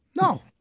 No